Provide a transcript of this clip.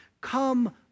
come